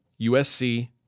USC